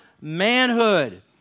manhood